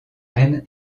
reine